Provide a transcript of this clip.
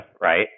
right